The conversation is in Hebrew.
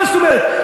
מה זאת אומרת,